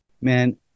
man